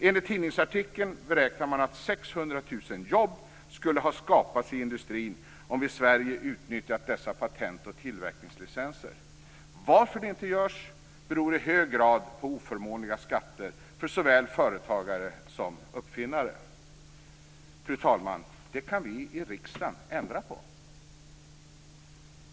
Enligt tidningsartikeln beräknar man att 600 000 jobb skulle ha skapats i industrin om vi i Sverige utnyttjat dessa patent och tillverkningslicenser. Varför det inte görs beror i hög grad på oförmånliga skatter för såväl företagare som uppfinnare. Fru talman! Det kan vi i riksdagen ändra på.